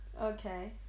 Okay